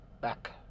back